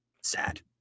sad